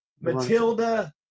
Matilda